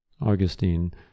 Augustine